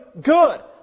good